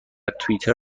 توئیتر